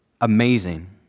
amazing